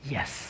Yes